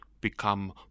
become